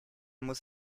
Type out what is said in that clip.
muss